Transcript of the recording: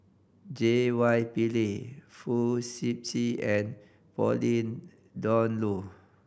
J Y Pillay Fong Sip Chee and Pauline Dawn Loh